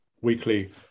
weekly